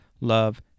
love